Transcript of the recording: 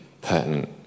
pertinent